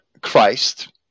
Christ